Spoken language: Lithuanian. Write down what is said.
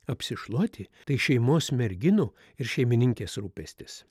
apsišluoti tai šeimos merginų ir šeimininkės rūpestis